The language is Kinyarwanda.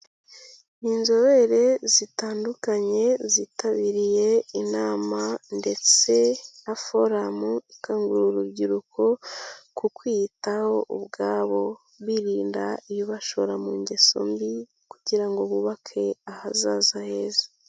Ni inzobere zitandukanye, zitabiriye inama ndetse na foramu ikangurira urubyiruko, ku kwiyitaho ubwabo, birinda ibibashora mu ngeso mbi kugira ngo bubake ahazaza heza.